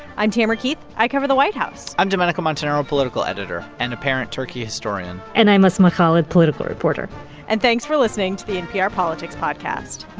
i'm tamara keith. i cover the white house i'm domenico montanaro, political editor and apparent turkey historian and i'm asma khalid, political reporter and thanks for listening to the npr politics podcast